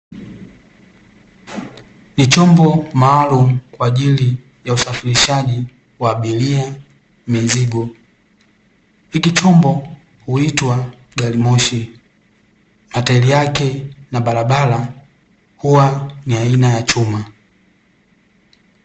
Ni chombo maalumu kwa ajili ya usafirishaji wa abiria, mizigo. Hiki chombo huitwa garimoshi, matairi yake na barabara huwa ni aina ya chuma.